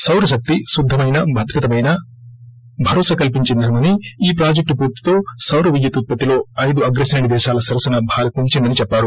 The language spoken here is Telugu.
సార శక్తి శుద్దమైన భద్రతమైన భరోసా కల్సించే ఇంధనమని ఈ ప్రాజెక్లు పూర్తితో సౌర విద్యుత్ ఉత్పత్తిలో ఐదు అగ్రక్రేణి దేశాల సరసన భారత్ నిలీచిందని చెప్పారు